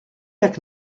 jak